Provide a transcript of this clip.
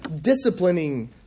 disciplining